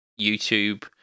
youtube